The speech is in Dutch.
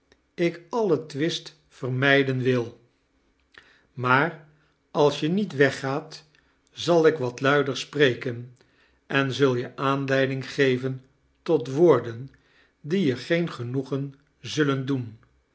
ik alle twist vermijden wil maar als je niet weggaat zal ik'wat luidex sprekea en zul je aanleiding geven tot woorden die je geen genoegen zullen doen